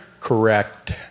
Correct